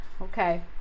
okay